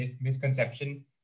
misconception